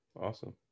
Awesome